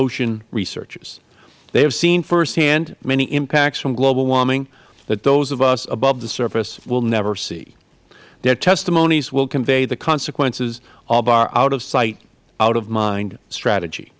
ocean researchers they have seen firsthand many impacts from global warming that those of us above the surface will never see their testimonies will convey the consequences of our out of sight out of mind strategy